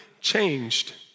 changed